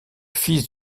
fils